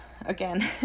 again